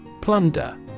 Plunder